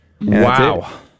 Wow